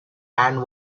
and